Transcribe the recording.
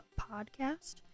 podcast